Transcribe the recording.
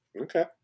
okay